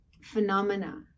phenomena